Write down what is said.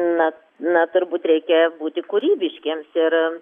na na turbūt reikia būti kūrybiškiems ir